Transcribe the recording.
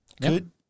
Good